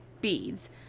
beads